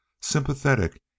sympathetic